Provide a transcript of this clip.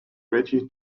reggie